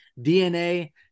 DNA